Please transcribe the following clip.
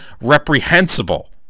reprehensible